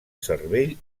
cervell